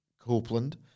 Copeland